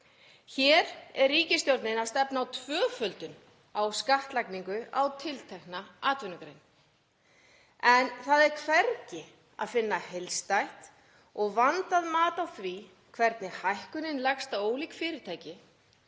Hér er ríkisstjórnin að stefna á tvöföldun á skattlagningu á tiltekna atvinnugrein en það er hvergi að finna heildstætt og vandað mat á því hvernig hækkunin leggst á ólík fyrirtæki,